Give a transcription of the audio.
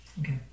Okay